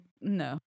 no